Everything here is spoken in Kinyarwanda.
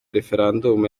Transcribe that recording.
referandumu